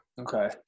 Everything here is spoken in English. Okay